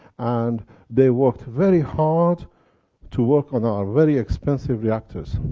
and they worked very hard to work on our very expensive reactors.